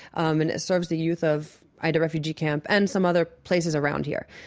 um and it serves the youth of aida refugee camp and some other places around here.